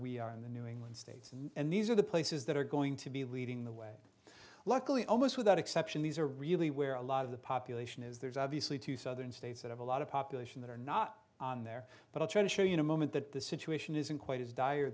we are in the new england states and these are the places that are going to be leading the way luckily almost without exception these are really where a lot of the population is there's obviously two southern states that have a lot of population that are not on there but i'll try to show you the moment that the situation isn't quite as dire